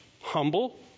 humble